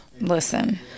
Listen